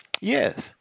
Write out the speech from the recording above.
Yes